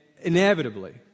inevitably